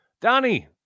Donnie